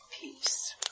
peace